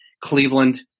Cleveland